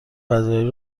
پذیرایی